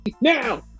now